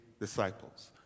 disciples